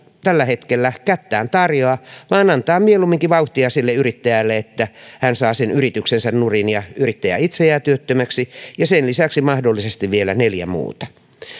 tällä hetkellä kättään tarjoa vaan antaa mieluumminkin vauhtia sille yrittäjälle että hän saa sen yrityksensä nurin ja yrittäjä itse jää työttömäksi ja sen lisäksi mahdollisesti vielä neljä muuta